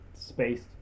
spaced